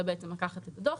זה בעצם לקחת את הדוח,